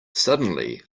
suddenly